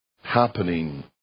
happening